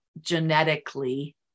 genetically